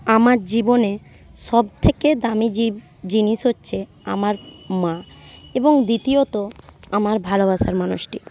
আমার জীবনে সব থেকে দামি যে জিনিস হচ্ছে আমার মা এবং দ্বিতীয়ত আমার ভালোবাসার মানুষটি